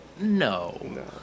no